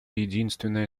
единственное